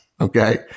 okay